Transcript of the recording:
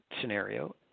scenario